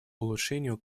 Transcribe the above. улучшению